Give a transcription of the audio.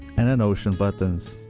and enocean buttons.